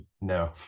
no